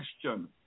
question